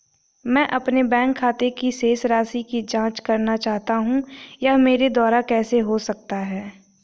मैं अपने बैंक खाते की शेष राशि की जाँच करना चाहता हूँ यह मेरे द्वारा कैसे हो सकता है?